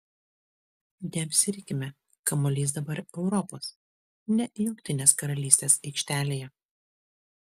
neapsirikime kamuolys dabar europos ne jungtinės karalystės aikštelėje